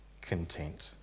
content